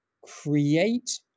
create